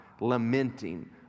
lamenting